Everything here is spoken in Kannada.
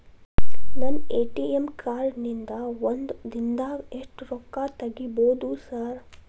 ನನ್ನ ಎ.ಟಿ.ಎಂ ಕಾರ್ಡ್ ನಿಂದಾ ಒಂದ್ ದಿಂದಾಗ ಎಷ್ಟ ರೊಕ್ಕಾ ತೆಗಿಬೋದು ಸಾರ್?